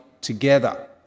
together